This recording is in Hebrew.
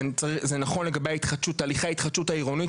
זה נכון לגבי תהליכי ההתחדשות העירונית